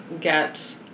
get